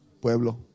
pueblo